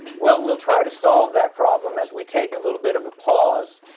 well, we'll try to solve that problem as we take a little bit of a pause,